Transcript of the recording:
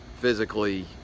Physically